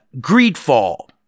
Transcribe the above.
Greedfall